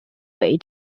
way